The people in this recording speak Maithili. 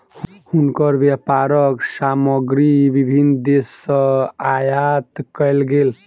हुनकर व्यापारक सामग्री विभिन्न देस सॅ आयात कयल गेल